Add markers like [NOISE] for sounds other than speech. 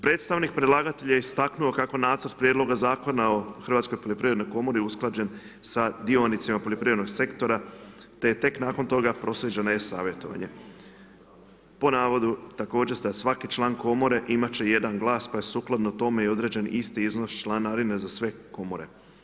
Predstavnik predlagatelja je istaknuo kao nacrt prijedloga zakona o Hrvatskoj poljoprivrednoj komori usklađen sa dionicima poljoprivrednog sektora, te tek, nakon toga, … [UNINTELLIGIBLE] e-savjetovanje, po navodu također da svaki član komore imati će jedan glas, pa je sukladno tome i određen isti iznos članarine za sve komore.